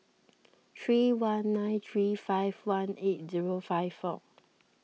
three one nine three five one eight zero five four